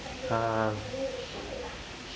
uh